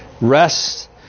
Rest